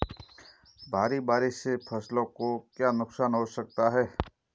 भारी बारिश से फसलों को क्या नुकसान हो सकता है?